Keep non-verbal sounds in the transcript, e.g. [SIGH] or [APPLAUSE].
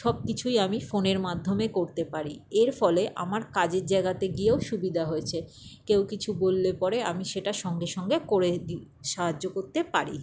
সব কিছুই আমি ফোনের মাধ্যমে করতে পারি এর ফলে আমার কাজের জায়গাতে গিয়েও সুবিধা হয়েছে কেউ কিছু বললে পরে আমি সেটা সঙ্গে সঙ্গে করে [UNINTELLIGIBLE] সাহায্য করতে পারি